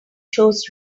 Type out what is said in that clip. shows